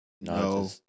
No